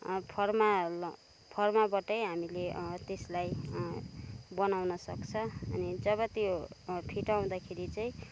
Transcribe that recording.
pharma फर्माबाटै हामीले त्यसलाई बनाउन सक्छ अनि जब त्यो फिटाउँदाखेरि चाहिँ